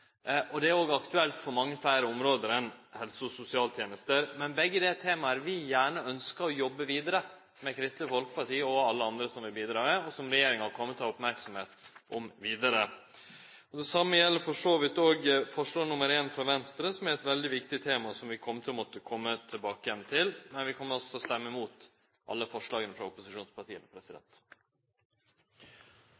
at». Det er òg aktuelt for mange fleire område enn helse- og sosialtenester. Men dette er begge tema vi gjerne ønskjer å jobbe vidare med, med Kristeleg Folkeparti og alle andre som vil bidra, og som regjeringa òg kjem til å ha merksemd om vidare. Det same gjeld for så vidt òg forslag nr. 1, frå Venstre, som er eit veldig viktig tema som vi kjem til å måtte kome tilbake til. Men vi kjem altså til å stemme imot alle forslaga frå opposisjonspartia.